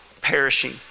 perishing